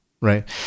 Right